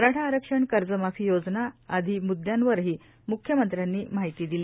मराठा आरक्षण कर्जमाफी योजना आदी मुद्यांवरही मुख्यमंत्र्यांनी माहिती दिली